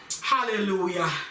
hallelujah